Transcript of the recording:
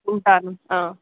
ఉంటను